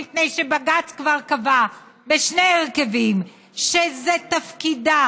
מפני שבג"ץ כבר קבע בשני הרכבים שזה תפקידה